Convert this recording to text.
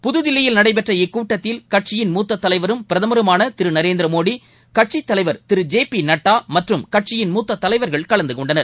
புதுதில்லியில் நடைபெற்ற இக்கூட்டத்தில் கட்சியின் மூத்ததலைவரும் பிரதமருமானதிருநரேந்திரமோடி கட்சித் தலைவர் திரு ஜே பிநட்டாமற்றும் கட்சியின் மூத்ததலைவர்கள் கலந்தகொண்டனர்